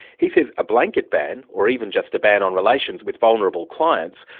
he says a blanket ban, or even just a ban on relations with vulnerable clients,